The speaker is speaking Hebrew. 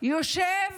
יושב